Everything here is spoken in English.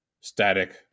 static